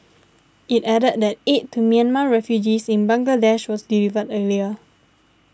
it added that aid to Myanmar refugees in Bangladesh was delivered earlier